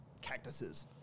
cactuses